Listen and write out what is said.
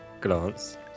glance